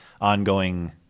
ongoing